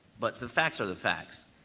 but the facts are the facts.